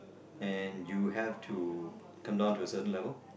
and you have to tone down to a certain level